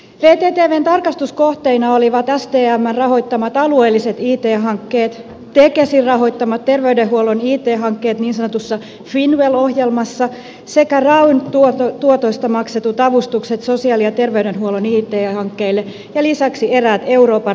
vtvn tarkastuskohteina olivat stmn rahoittamat alueelliset it hankkeet tekesin rahoittamat terveydenhuollon it hankkeet niin sanotussa finnwell ohjelmassa sekä rayn tuotoista maksetut avustukset sosiaali ja terveydenhuollon it hankkeille ja lisäksi eräät euroopan rakennerahastohankkeet